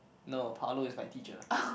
no Palo is my teacher